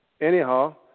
anyhow